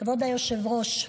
כבוד היושב-ראש,